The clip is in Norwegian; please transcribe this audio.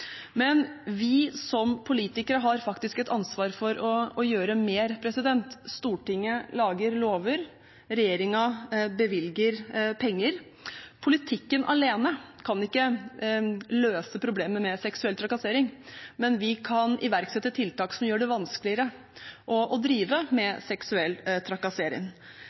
Men vi som politikere har faktisk et ansvar for å gjøre mer. Stortinget lager lover, og regjeringen bevilger penger. Politikken alene kan ikke løse problemet med seksuell trakassering, men vi kan iverksette tiltak som gjør det vanskeligere å drive med seksuell trakassering.